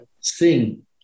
sing